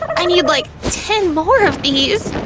i need like ten more of these!